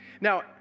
Now